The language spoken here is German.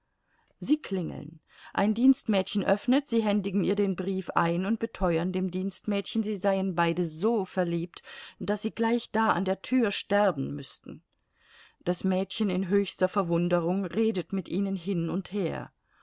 sie klingeln ein dienstmädchen öffnet sie händigen ihr den brief ein und beteuern dem dienstmädchen sie seien beide so verliebt daß sie gleich da an der tür sterben müßten das mädchen in höchster verwunderung redet mit ihnen hin und her